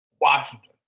Washington